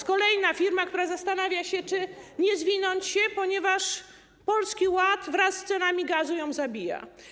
To kolejna firma, która zastanawia się, czy nie zwinąć interesu, ponieważ Polski Ład wraz z cenami gazu ją zabija.